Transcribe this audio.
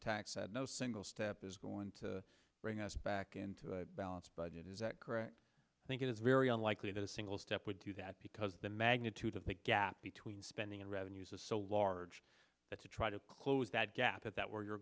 tax no single step is going to bring us back into a balanced budget is that correct i think it is very unlikely that a single step would do that because the magnitude of the gap between spending and revenues is so large that to try to close that gap that that were your